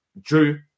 Drew